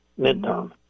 midterm